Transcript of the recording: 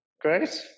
great